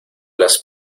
las